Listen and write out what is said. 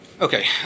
Okay